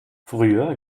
früher